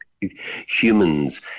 humans